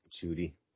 Judy